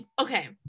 okay